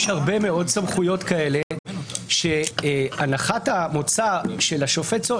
יש הרבה מאוד סמכויות כאלה שהנחת המוצא של השופט סולברג,